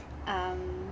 um